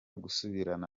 gusubirana